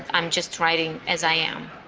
i'm just writing as i am.